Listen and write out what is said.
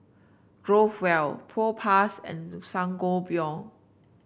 Growell Propass and Sangobion